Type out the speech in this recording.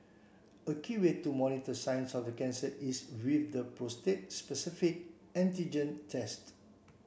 a key way to monitor signs of the cancer is with the prostate specific antigen test